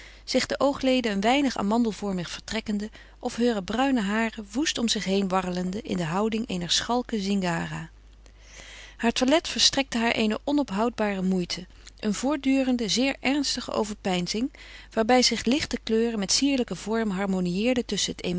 zich de oogleden een weinig amandelvormig vertrekkende of heure bruine haren woest om zich heen warrelende in de houding eener schalke zingara haar toilet verstrekte haar eene onophoudbare moeite een voortdurende zeer ernstige overpeinzing waarbij zich lichte kleuren met sierlijke vormen harmonieerden tusschen